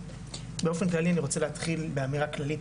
באופן כללי אני רוצה להתחיל באמירה כללית.